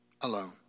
alone